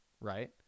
right